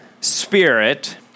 spirit